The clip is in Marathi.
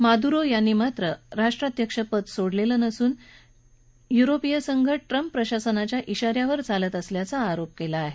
मादुरो यांनी मात्र राष्ट्राध्यक्ष पद सोडलेलं नसून युरोपीय संघ ट्रम्प प्रशासनाच्या आ यावर चालत असल्याचा आरोप केला आहे